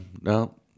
No